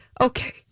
Okay